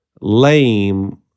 lame